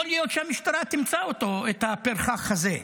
יכול להיות שהמשטרה תמצא אותו, את הפרחח הזה,